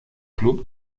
club